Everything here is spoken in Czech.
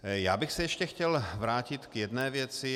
Já bych se ještě chtěl vrátit k jedné věci.